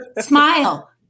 smile